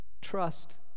trust